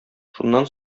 шуннан